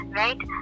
right